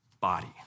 body